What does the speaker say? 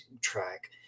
track